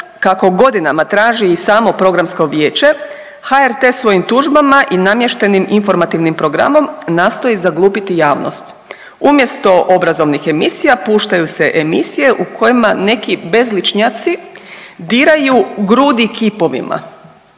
kako godinama traži i samo Programsko vijeće, HRT svojim tužbama i namještenim informativnim programom nastoji zaglupiti javnost, umjesto obrazovnih emisija puštaju se emisije u kojima neki bezličnjaci diraju grudi kipovima.